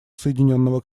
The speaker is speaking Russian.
соединенного